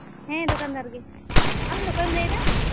ᱦᱮᱸ ᱫᱚᱠᱟᱱᱫᱟᱨ ᱜᱮ ᱟᱢᱫᱚ ᱚᱠᱚᱭᱮᱢ ᱞᱟᱹᱭᱫᱟ